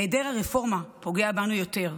היעדר הרפורמה פוגע בנו יותר.